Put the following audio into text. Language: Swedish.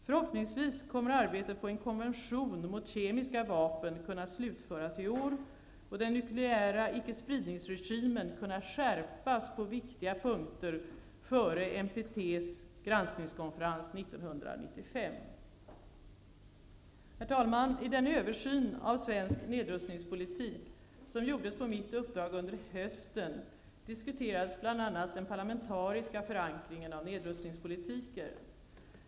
Förhoppningsvis kommer arbetet på en konvention mot kemiska vapen att kunna slutföras i år och den nukleära icke-spridningsregimen kunna skärpas på viktiga punkter före NPT:s granskningskonferens 1995. Herr talman! I den översyn av svensk nedrustningspolitik som gjordes på mitt uppdrag under hösten diskuterades bl.a. den parlamentariska förankringen av nedrustningspolitiken.